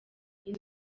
inzu